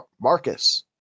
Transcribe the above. Marcus